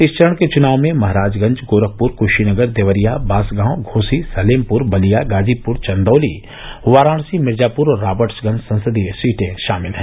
इस चरण के चुनाव में महराजगंज गोरखपुर कुषीनगर देवरिया बांसगांव घोसी सलेमपुर बलिया गाजीपुर चंदौली वाराणसी मिर्जापुर और राबर्टसगंज संसदीय सीटें षामिल हैं